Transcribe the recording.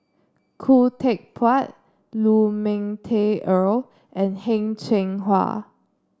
Khoo Teck Puat Lu Ming Teh Earl and Heng Cheng Hwa